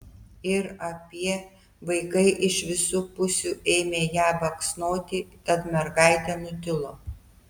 ir apie vaikai iš visų pusių ėmė ją baksnoti tad mergaitė nutilo